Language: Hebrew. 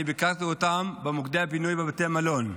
אני ביקרתי אותם במוקדי הפינוי בבתי מלון.